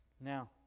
Now